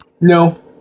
No